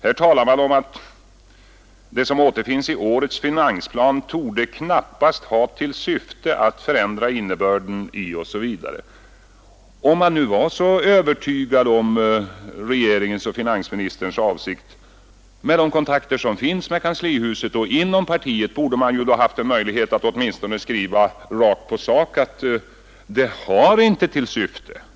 Här talar man om att uteslutandet av regional balans i årets finansplan ”torde knappast ha till syfte att förändra innebörden i ———” osv. Om man nu var så övertygad om regeringens och finansministerns avsikt och med tanke på de kontakter som finns med kanslihuset och kontakterna inom partiet borde man haft en möjlighet att åtminstone skriva rakt på sak att ”det har inte till syfte”.